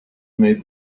made